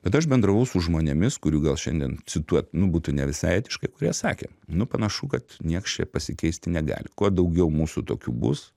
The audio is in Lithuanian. bet aš bendravau su žmonėmis kurių gal šiandien cituot nu būtų ne visai etiška kurie sakė nu panašu kad nieks čia pasikeisti negali kuo daugiau mūsų tokių bus